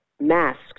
masked